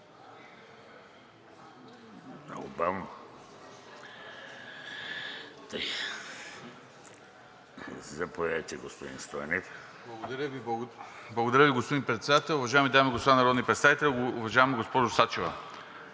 Благодаря Ви, господин Председател. Уважаеми дами и господа народни представители! Уважаема госпожо Сачева,